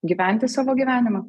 gyventi savo gyvenimą